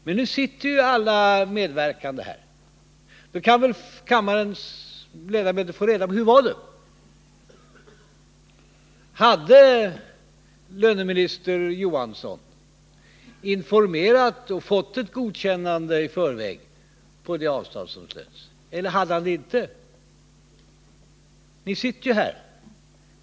Men nu sitter ju alla medverkande här. Då kan väl kammarens ledamöter få reda på hur det var. Hade löneminister Johansson informerats och fått ett godkännande i förväg för det avtal som slöts eller hade han det inte? Ni sitter ju här!